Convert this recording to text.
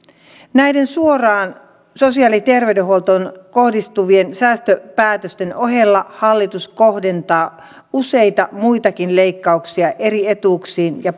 näiden suoraan sosiaali ja terveydenhuoltoon kohdistuvien säästöpäätösten ohella hallitus kohdentaa useita muitakin leikkauksia eri etuuksiin ja